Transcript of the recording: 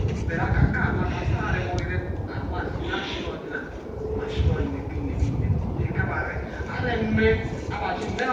But akaka ayo mme asasa ayo are ghe irem agima ashine ashi ghe onyina ido ashi ghe onina ke ineb ineb ike aba reme abhe ashin nne